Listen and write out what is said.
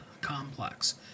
complex